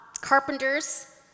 carpenters